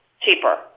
cheaper